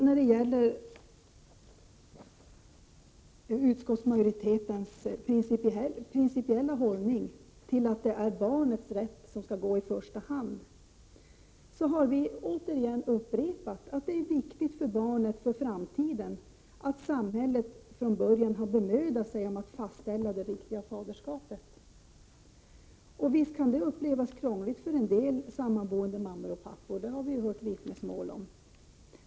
När det gäller utskottsmajoritetens principiella hållning att i första hand barnens rätt skall gälla har utskottsmajoriteten återigen upprepat att det är viktigt för barnen i framtiden att samhället från början har bemödat sig om att fastställa faderskapet. Och visst kan detta upplevas som krångligt för en del sammanboende mammor och pappor, det har vi hört flera vittnesmål om.